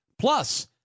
plus